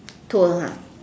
tour ah